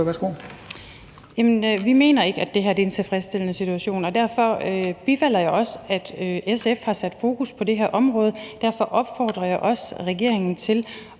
Jamen vi mener ikke, at det her er en tilfredsstillende situation. Derfor bifalder jeg også, at SF har sat fokus på det her område, derfor opfordrer jeg også regeringen til